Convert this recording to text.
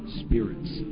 spirits